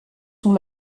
sont